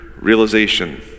realization